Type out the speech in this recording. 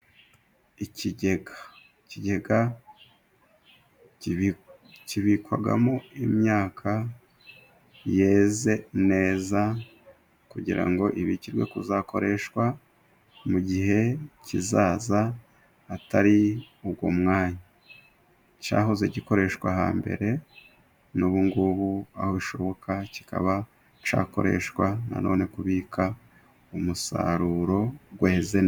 Ikigega. Ikigega kibikwamo imyaka yeze neza, kugira ngo ibikirwe kuzakoreshwa mu gihe kizaza hatari uwo mwanya. Cyahoze gikoreshwa hambere, n'ubungubu aho bishoboka kikaba cyakoreshwa na none kubika umusaruro weze neza.